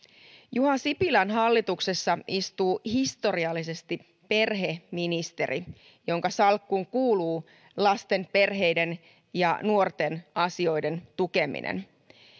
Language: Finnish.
juha sipilän hallituksessa istuu historiallisesti perheministeri jonka salkkuun kuuluu lasten perheiden ja nuorten asioiden tukeminen